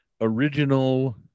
original